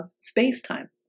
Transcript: space-time